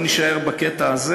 בואו נישאר בקטע הזה.